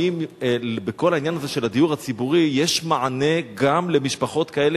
האם בכל העניין הזה של הדיור הציבורי יש מענה גם למשפחות כאלה,